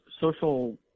social